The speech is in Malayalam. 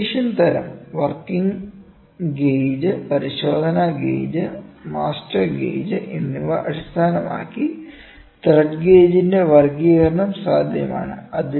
ആപ്ലിക്കേഷൻ തരം വർക്കിംഗ് ഗേജ് പരിശോധന ഗേജ് മാസ്റ്റർ ഗേജ് എന്നിവ അടിസ്ഥാനമാക്കി ത്രെഡ് ഗേജിന്റെ വർഗ്ഗീകരണം സാധ്യമാണ്